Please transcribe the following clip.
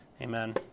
Amen